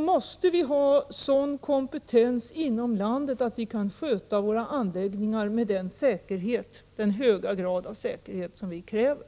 måste vi ha sådan kompetens inom landet att vi kan sköta våra anläggningar med den höga grad av säkerhet som vi kräver.